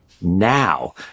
now